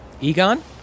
Egon